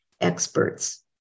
experts